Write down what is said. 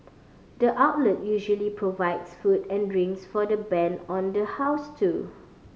the outlet usually provides food and drinks for the band on the house too